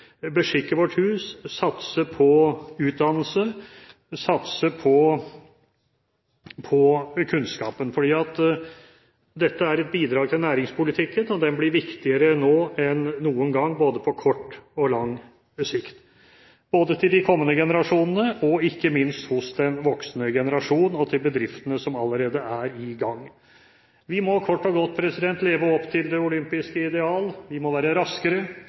beskikke vårt hus og satse på utdannelse og kunnskap, for dette er et bidrag til næringspolitikken. Den blir viktigere nå enn noen gang, på både kort og lang sikt, for de kommende generasjoner, og ikke minst for den voksne generasjon og bedriftene som allerede er i gang. Vi må kort og godt leve opp til det olympiske ideal: Vi må være raskere,